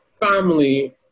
family